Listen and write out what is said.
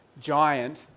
giant